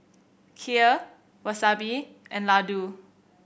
Kheer Wasabi and Ladoo